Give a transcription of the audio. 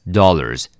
dollars